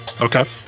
Okay